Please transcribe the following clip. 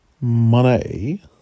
money